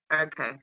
Okay